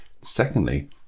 Secondly